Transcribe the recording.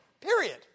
Period